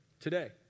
today